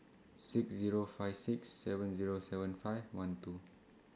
six Zero five six seven Zero seven five one two